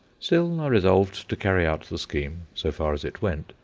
still, i resolved to carry out the scheme, so far as it went,